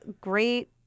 great